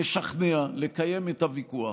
לשכנע, לקיים את הוויכוח?